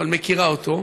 אבל מכירה אותו,